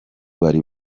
bari